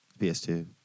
PS2